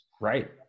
right